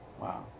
Wow